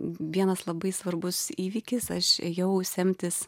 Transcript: vienas labai svarbus įvykis aš ėjau semtis